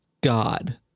God